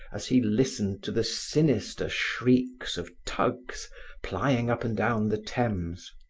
as he listened to the sinister shrieks of tugs plying up and down the thames.